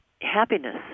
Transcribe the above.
happiness